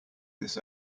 this